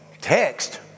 text